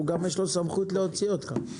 יש לו גם סמכות להוציא אותך.